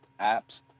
apps